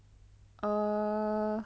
err